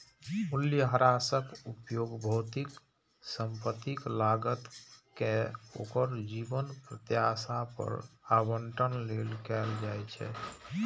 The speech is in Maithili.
मूल्यह्रासक उपयोग भौतिक संपत्तिक लागत कें ओकर जीवन प्रत्याशा पर आवंटन लेल कैल जाइ छै